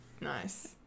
Nice